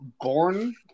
born